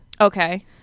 Okay